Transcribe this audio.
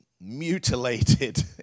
mutilated